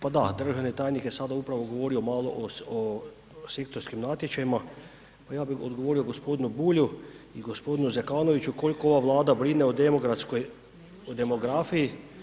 Pa da, državni tajnik je sada upravo govorio malo o sektorskim natječajima, pa ja bih odgovorio gospodinu Bulju i gospodinu Zekanoviću koliko ova Vlada brine o demografskoj, o demografiji.